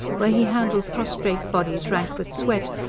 where he handled prostrate bodies rank with sweat,